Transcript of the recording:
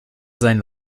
sein